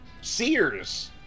Sears